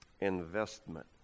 investment